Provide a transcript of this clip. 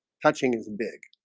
touching is big